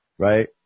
Right